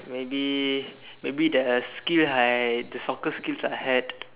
maybe maybe the skill I the soccer skills I had